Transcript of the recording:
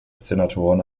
senatoren